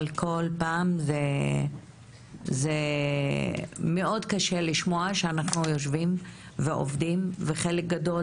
אבל כל פעם זה מאוד קשה לשמוע שאנחנו יושבים ועובדים וחלק גדול